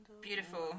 Beautiful